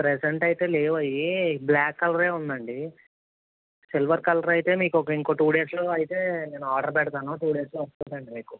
present అయితే లేవు అయి బ్ల్యాక్ కలరే ఉందండి సిల్వర్ కలర్ అయితే మీకొక ఇంకో టూ డేస్లో అయితే నేను ఆర్డర్ పెడతాను టూ డేస్లో వస్తుందండి మీకు